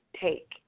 take